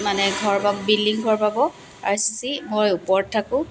মানে ঘৰ পাব বিল্ডিং ঘৰ পাব আৰ চি চি মই ওপৰত থাকোঁ